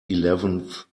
eleventh